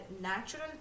natural